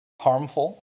harmful